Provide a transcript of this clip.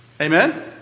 Amen